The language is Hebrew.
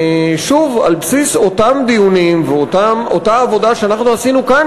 שוב על בסיס אותם דיונים ואותה עבודה שאנחנו עשינו כאן,